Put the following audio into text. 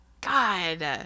God